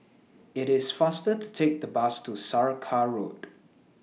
IT IS faster to Take The Bus to Saraca Road